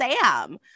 Sam